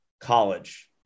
college